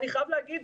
אני חייב להגיד,